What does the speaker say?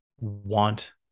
want